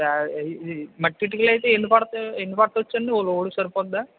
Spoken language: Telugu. సరే అండి అయితే మట్టి ఇటుకలు అయితే ఎన్ని పడతాయి ఎన్ని పట్టొచ్చండి ఒక లోడు సరిపోతుందా